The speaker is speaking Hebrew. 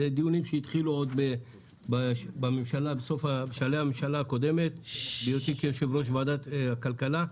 אלה דיונים שהתחילו בשלהי הממשלה הקודמת בהיותי יושב-ראש ועדת הכלכלה.